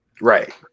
Right